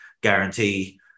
guarantee